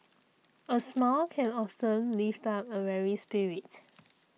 a smile can often lift up a weary spirit